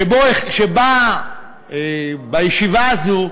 שבה, בישיבה הזאת,